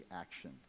action